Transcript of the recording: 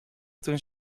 toen